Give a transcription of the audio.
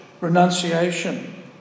renunciation